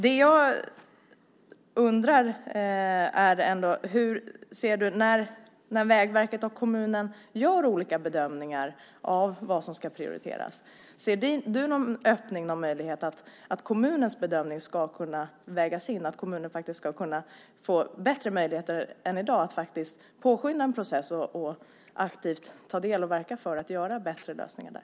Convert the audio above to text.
Det jag undrar över är när Vägverket och kommunen ändå gör olika bedömningar av vad som ska prioriteras. Ser du någon öppning, någon möjlighet att kommunens bedömning ska kunna vägas in och att kommunen faktiskt ska kunna få bättre möjligheter än i dag att påskynda en process och aktivt ta del av detta och verka för bättre lösningar?